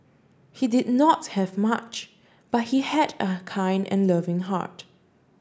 he did not have much but he had a kind and loving heart